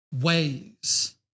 ways